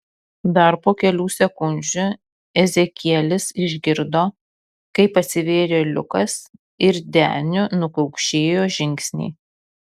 dar po kelių sekundžių ezekielis išgirdo kaip atsivėrė liukas ir deniu nukaukšėjo žingsniai